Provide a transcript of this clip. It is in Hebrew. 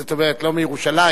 זאת אומרת לא מירושלים,